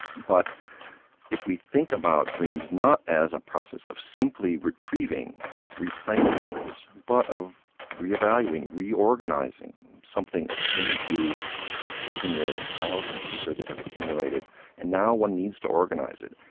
but if we think about dreams not as a process of simply retrieving, of replaying memories, but of re-evaluating, reorganising something akin to taking piles of paper that have accumulated and now one needs to organise it.